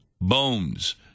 bones